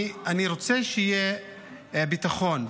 אני רוצה שיהיה ביטחון,